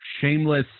shameless